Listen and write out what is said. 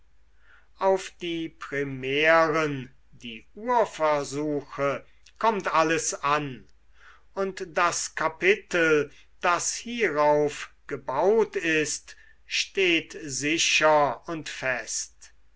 auf die primären die urversuche kommt alles an und das kapitel das hierauf gebaut ist steht sicher und fest